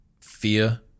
fear